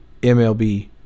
MLB